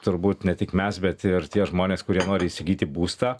turbūt ne tik mes bet ir tie žmonės kurie nori įsigyti būstą